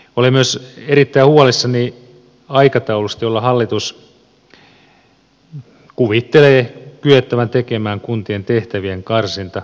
olen myös erittäin huolissani aikataulusta jolla hallitus kuvittelee kyettävän tekemään kuntien tehtävien karsinta